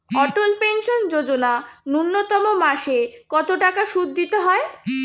অটল pension Yojana ন্যূনতম মাসে কত টাকা সুধ দিতে হয়?